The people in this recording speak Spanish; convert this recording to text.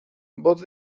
voz